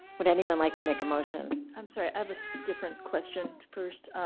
would anyone like to make a motion? i'm sorry, i have a different question first.